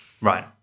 right